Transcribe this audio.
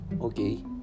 okay